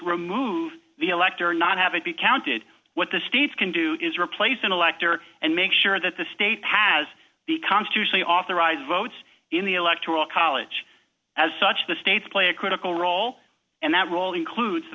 remove the elector not have it be counted what the states can do is replace an elector and make sure that the state has the constitution the authorized votes in the electoral college as such the states play a critical role and that role includes the